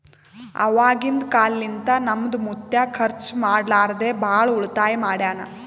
ಅವಾಗಿಂದ ಕಾಲ್ನಿಂತ ನಮ್ದು ಮುತ್ಯಾ ಖರ್ಚ ಮಾಡ್ಲಾರದೆ ಭಾಳ ಉಳಿತಾಯ ಮಾಡ್ಯಾನ್